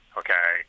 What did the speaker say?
okay